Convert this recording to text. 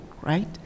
right